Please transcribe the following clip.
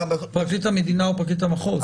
פרקליט המדינה או פרקליט המחוז.